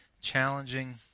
challenging